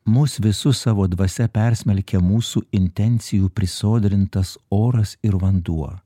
mus visus savo dvasia persmelkia mūsų intencijų prisodrintas oras ir vanduo